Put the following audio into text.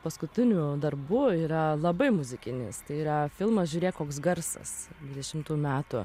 paskutinių darbų yra labai muzikinis tai yra filmas žiūrėk koks garsas dvidešimtų metų